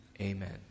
amen